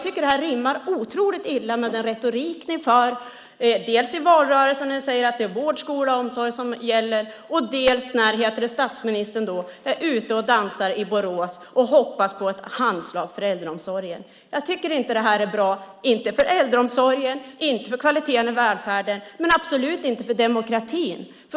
Det rimmar otroligt illa med den retorik ni för dels i valrörelsen där ni sade att det är vård, skola, omsorg som gäller, dels när statsministern är ute och dansar i Borås och hoppas på ett handslag för äldreomsorgen. Jag tycker inte att det är bra, inte för äldreomsorgen, inte för kvaliteten i välfärden och absolut inte för demokratin.